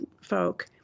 folk